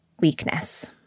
weakness